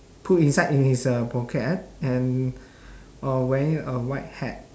put inside in his uh pocket and uh wearing a white hat